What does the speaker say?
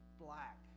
black